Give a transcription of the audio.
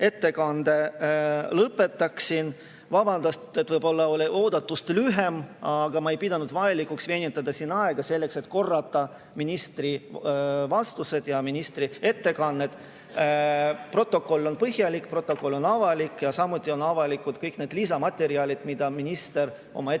ettekande lõpetaksin. Vabandust, võib-olla oli oodatust lühem, aga ma ei pidanud vajalikuks venitada aega selleks, et korrata ministri vastuseid ja ministri ettekannet. Protokoll on põhjalik, protokoll on avalik ja samuti on avalikud kõik need lisamaterjalid, mida minister oma ettekandes